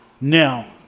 Now